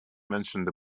mentioned